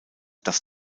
das